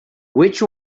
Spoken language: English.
which